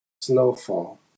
Snowfall